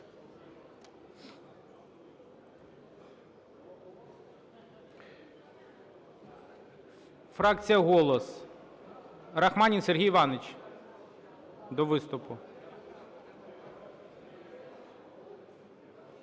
Фракція "Голос", Рахманін Сергій Іванович до виступу.